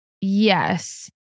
Yes